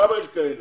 כמה יש כאלה?